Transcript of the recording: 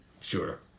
Sure